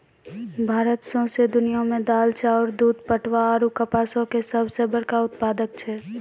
भारत सौंसे दुनिया मे दाल, चाउर, दूध, पटवा आरु कपासो के सभ से बड़का उत्पादक छै